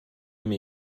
mir